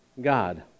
God